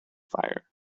fire